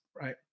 right